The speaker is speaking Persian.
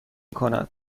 کند